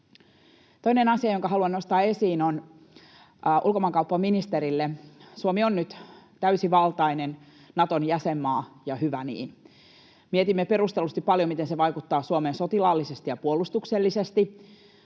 Toinen asia, jonka haluan nostaa esiin, on ulkomaankauppaministerille. Suomi on nyt täysivaltainen Naton jäsenmaa, ja hyvä niin. Mietimme perustellusti paljon, miten se vaikuttaa Suomeen sotilaallisesti ja puolustuksellisesti,